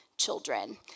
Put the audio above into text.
children